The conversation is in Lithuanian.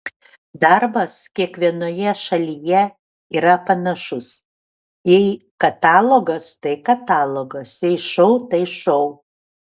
darbas kiekvienoje šalyje yra panašus jei katalogas tai katalogas jei šou tai šou